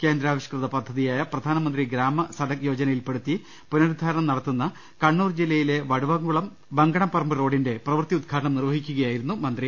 കേന്ദ്രാവിഷ്കൃത പദ്ധതിയായ പ്രധാനമന്ത്രി ഗ്രാമ സഡക് യോ ജനയിൽ പെടുത്തി പുനരുദ്ധാരണം നടത്തുന്ന കണ്ണൂർ ജില്ലയിലെ വടുവംകുളം ബങ്കണപറമ്പ് റോഡിന്റെ പ്രവൃത്തി ഉദ്ഘടനം നിർവഹിക്കുകയായിരുന്നു മന്ത്രി